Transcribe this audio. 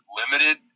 limited